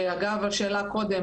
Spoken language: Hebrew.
שאגב השאלה קודם,